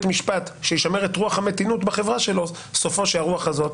משפט שישמר את רוח המתינות בחברה שלו סופו שהרוח הזאת